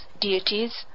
Deities